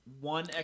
one